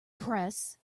press